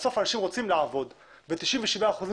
בסוף אנשים רוצים לעבוד ו-97 אחוזים